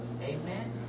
Amen